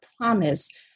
promise